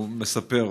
הוא מספר: